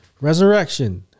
Resurrection